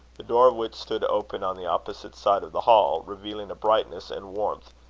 the door of which stood open on the opposite side of the hall, revealing a brightness and warmth,